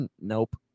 Nope